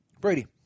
Brady